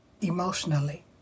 emotionally